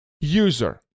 user